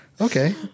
Okay